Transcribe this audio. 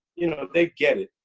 you know, they get it,